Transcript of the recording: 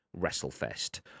WrestleFest